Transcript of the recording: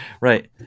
right